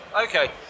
Okay